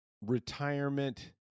retirement